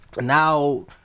Now